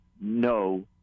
no